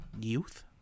Youth